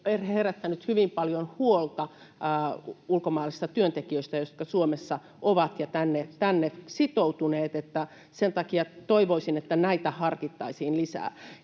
herättänyt hyvin paljon huolta ulkomaalaisissa työntekijöissä, jotka Suomessa ovat ja tänne ovat sitoutuneet. Sen takia toivoisin, että näitä harkittaisiin lisää.